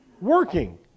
working